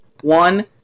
one